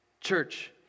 Church